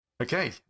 Okay